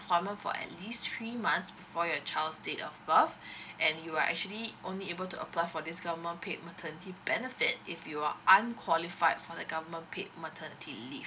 employment for at least three months before your child's date of birth and you are actually only able to apply for this government paid maternity benefit if you are unqualified for the government paid maternity leave